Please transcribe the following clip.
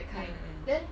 mm